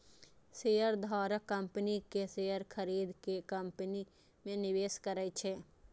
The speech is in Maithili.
शेयरधारक कंपनी के शेयर खरीद के कंपनी मे निवेश करै छै